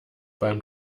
beim